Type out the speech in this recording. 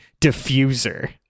diffuser